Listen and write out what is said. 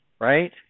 right